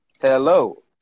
Hello